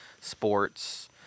sports